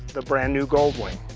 the brand new goldwing.